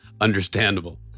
understandable